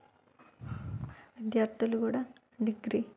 విద్యార్డులు కూడా డిగ్రీ